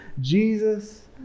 Jesus